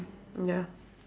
ya